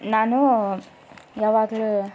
ನಾನು ಯಾವಾಗಲೂ